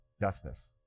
justice